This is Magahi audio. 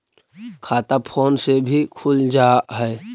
खाता फोन से भी खुल जाहै?